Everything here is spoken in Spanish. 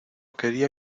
quería